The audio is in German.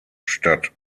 statt